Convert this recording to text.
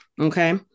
Okay